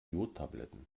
jodtabletten